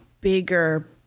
bigger